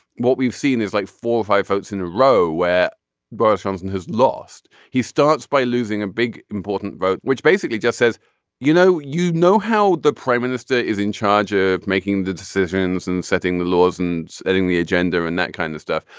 what we've seen is like four or five votes in a row where boris johnson has lost. he starts by losing a big important vote which basically just says you know you know how the prime minister is in charge of making the decisions and setting the laws and setting the agenda and that kind of stuff.